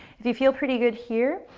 if you feel pretty good here,